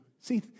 See